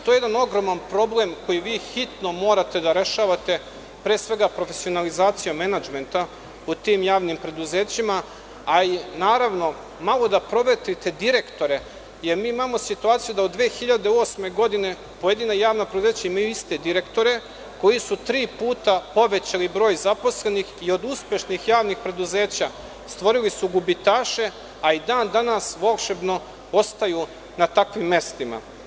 To je jedan ogroman problem koji vi hitno morate da rešavate, pre svega profesionalizacijom menadžmenta, a i malo proverite direktore, jer imamo situaciju da od 2008. godine pojedina javna preduzeća imaju iste direktore, koji su tri puta povećali broj zaposlenih i od uspešnih javnih preduzeća stvorili gubitaše, a i dan danas volšebno ostaju na takvim mestima.